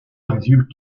résulte